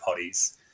potties